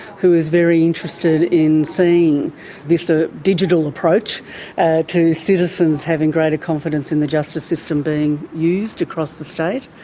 who is very interested in seeing this ah digital approach ah to citizens having greater confidence in the justice system being used across the state.